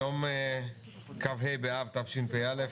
היום כ"ה באב תשפ"א,